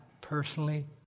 personally